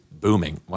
booming